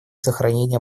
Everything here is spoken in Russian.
сохранение